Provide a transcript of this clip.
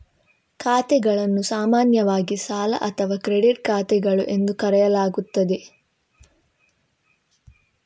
ಖಾತೆಗಳನ್ನು ಸಾಮಾನ್ಯವಾಗಿ ಸಾಲ ಅಥವಾ ಕ್ರೆಡಿಟ್ ಖಾತೆಗಳು ಎಂದು ಕರೆಯಲಾಗುತ್ತದೆ